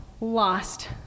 lost